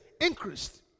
increased